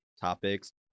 topics